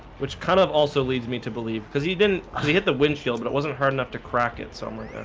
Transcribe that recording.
which kind of also leads me to believe because he didn't he hit the windshield but it wasn't hard enough to crack it so i'm